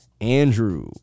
Andrew